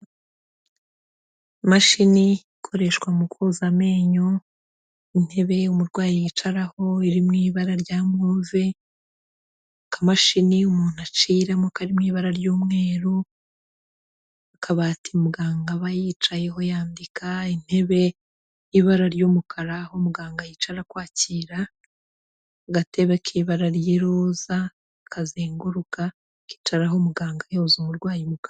Imashini ikoreshwa mu koza amenyo, intebe umurwayi yicaraho iri mu ibara rya move, akamashini umuntu aciramo kari mu ibara ry'umweru, akabati muganga aba yicayeho yandika, intebe iri mu ibara ry'umukara aho muganga yicara akwakira, agatebe k'ibara ry'iroza kazenguruka kicaraho muganga yoza umurwayi mu kanwa.